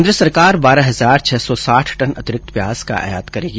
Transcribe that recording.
केंद्र सरकार बारह हजार छह सौ साठ टन अतिरिक्त प्याज का आयात करेगी